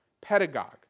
pedagogue